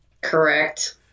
Correct